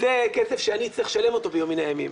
זה כסף שאני צריך לשלם אותו ביום מן הימים.